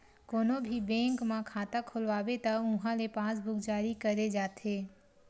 कोनो भी बेंक म खाता खोलवाबे त उहां ले पासबूक जारी करे जाथे